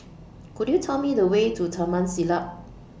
Could YOU Tell Me The Way to Taman Siglap